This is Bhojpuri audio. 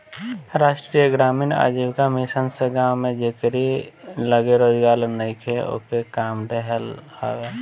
राष्ट्रीय ग्रामीण आजीविका मिशन से गांव में जेकरी लगे रोजगार नईखे ओके काम देहल हवे